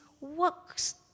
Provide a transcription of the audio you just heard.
works